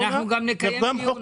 וגם חוק ההסדרים --- אנחנו נקיים דיון